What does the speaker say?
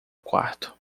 quarto